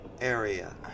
area